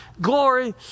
glory